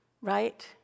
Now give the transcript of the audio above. Right